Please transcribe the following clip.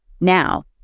Now